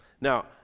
Now